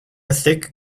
thick